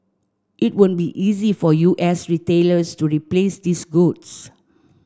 it won't be easy for U S retailers to replace these goods